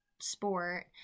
sport